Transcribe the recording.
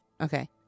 Okay